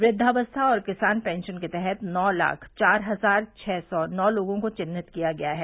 क्रद्वावस्था और किसान पेंशन के तहत नौ लाख चार हजार छह सौ नौ लोगों को विन्हित किया गया है